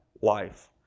life